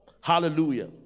hallelujah